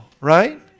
right